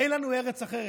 אין לנו ארץ אחרת,